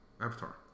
Avatar